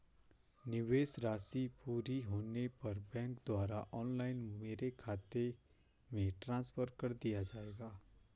निवेश राशि पूरी होने पर बैंक द्वारा ऑनलाइन मेरे खाते में ट्रांसफर कर दिया जाएगा?